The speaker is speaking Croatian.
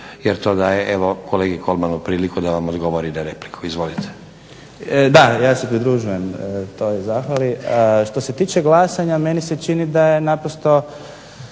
jer to daje evo kolegi Kolmanu priliku da vam odgovori na repliku. Izvolite. **Kolman, Igor (HNS)** Da, ja se pridružujem toj zahvali. Što se tiče glasanja meni se čini da je naprosto